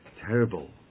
terrible